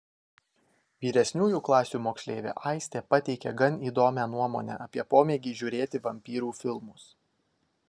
vyresniųjų klasių moksleivė aistė pateikė gan įdomią nuomonę apie pomėgį žiūrėti vampyrų filmus